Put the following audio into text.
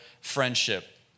friendship